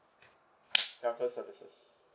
telco services